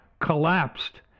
collapsed